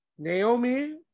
Naomi